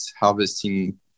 harvesting